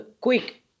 quick